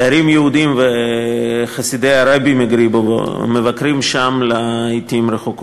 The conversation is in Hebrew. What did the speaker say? תיירים יהודים וחסידי הרבי מגריבוב מבקרים שם לעתים רחוקות.